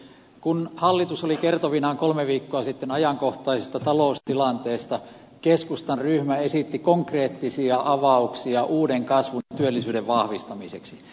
kun hallitus oli kertovinaan kolme viikkoa sitten ajankohtaisesta taloustilanteesta keskustan ryhmä esitti konkreettisia avauksia uuden kasvun ja työllisyyden vahvistamiseksi